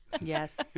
Yes